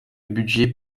budget